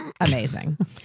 amazing